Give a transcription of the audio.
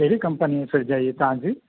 कहिड़ी कंपनीअ जी फ्रिज आहे हीअ तव्हांजी